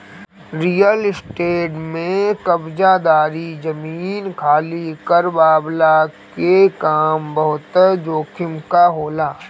real estate में कब्ज़ादारी, जमीन खाली करववला के काम बहुते जोखिम कअ होला